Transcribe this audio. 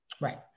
Right